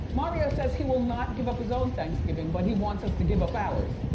mario says he will not give up his own thanksgiving, but he wants us to give up ours.